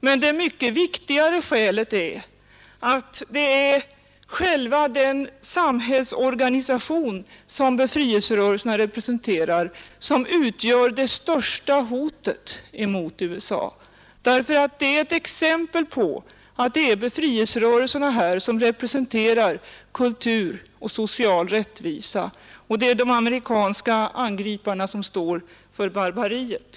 Men det mycket viktigare skälet är att det är själva den samhällsorganisation som befrielserörelserna representerar som utgör det största hotet emot USA. Det är befrielserörelserna som här representerar kultur och social rättvisa, och det är de amerikanska angriparna som står för barbariet.